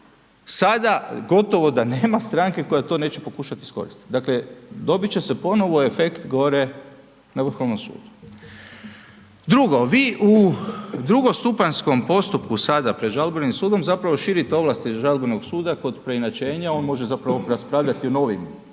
Sada gotovo da nema stranke koja to neće pokušat iskoristiti. Dakle dobit će se ponovo efekt gore na Vrhovnom sudu. Drugo vi u drugostupanjskom postupku sad pred žalbenim sudom zapravo širite ovlasti žalbenog suda kod preinačenja on može zapravo raspravljati o novim činjenicama,